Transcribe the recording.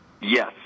Yes